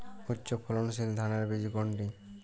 উচ্চ ফলনশীল ধানের বীজ কোনটি?